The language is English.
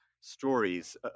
stories